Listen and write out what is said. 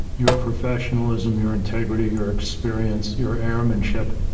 your professionalism, your integrity, your experience your airmanship,